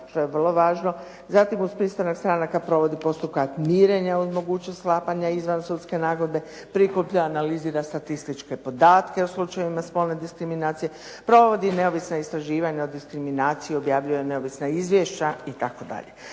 što je vrlo važno. Zatim uz pristanak stranaka provodi postupak mirenja uz mogućnost sklapanja izvansudske nagodbe, prikuplja, analizira statističke podatke o slučajevima spolne diskriminacije, provodi neovisna istraživanja o diskriminaciji, objavljuje neovisna izvješća itd.